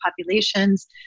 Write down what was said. populations